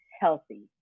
healthy